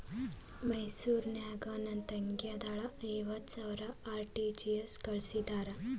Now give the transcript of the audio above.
ಮೈಸೂರ್ ನಾಗ ನನ್ ತಂಗಿ ಅದಾಳ ಐವತ್ ಸಾವಿರ ಆರ್.ಟಿ.ಜಿ.ಎಸ್ ಕಳ್ಸಿದ್ರಾ ಲಗೂನ ಹೋಗತೈತ?